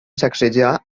sacsejar